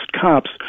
cops